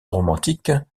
romantique